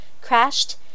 crashed